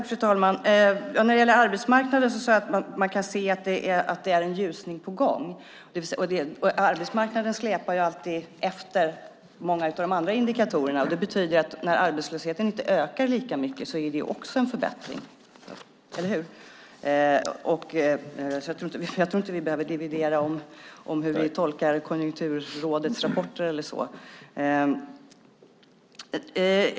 Fru talman! När det gäller arbetsmarknaden sade jag att man kan se att det är en ljusning på gång. Arbetsmarknaden släpar alltid efter många av de andra indikatorerna. Det betyder att när arbetslösheten inte ökar lika mycket är det också en förbättring, eller hur? Jag tror därför inte att vi behöver dividera om hur vi tolkar Konjunkturrådets rapporter.